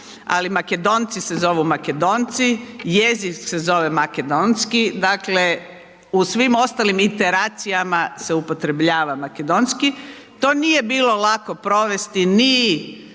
ali Makedonci se zovu Makedonci, jezik se zove makedonski. Dakle, u svim ostalim integracijama se upotrebljava makedonski. To nije bilo lako provesti ni